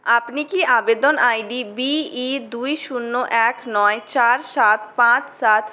আপনি কি আবেদন আইডি বি ই দুই শূন্য এক নয় চার সাত পাঁচ সাত